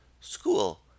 school